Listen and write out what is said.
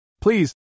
Please